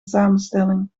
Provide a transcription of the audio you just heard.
samenstelling